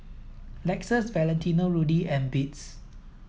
Lexus Valentino Rudy and Beats